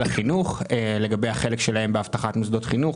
החינוך לגבי החלק שלהם באבטחת מוסדות חינוך,